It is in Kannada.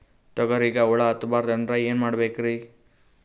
ತೊಗರಿಗ ಹುಳ ಹತ್ತಬಾರದು ಅಂದ್ರ ಏನ್ ಮಾಡಬೇಕ್ರಿ?